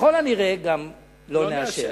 וככל הנראה גם לא נאשר.